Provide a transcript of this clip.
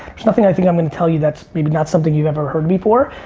there's nothing i think i'm going to tell you that's maybe not something you've ever heard before.